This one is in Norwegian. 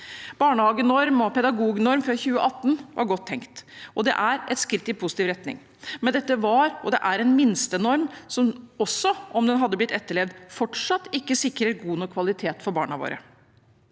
Barnehagenormen og pedagognormen fra 2018 var godt tenkt, og det er et skritt i positiv retning, men dette var og er en minstenorm, som – også om den hadde blitt etterlevd – fortsatt ikke sikrer god nok kvalitet for barna våre.